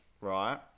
right